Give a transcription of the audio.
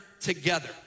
together